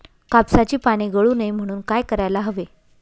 कापसाची पाने गळू नये म्हणून काय करायला हवे?